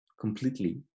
completely